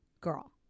Girl